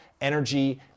energy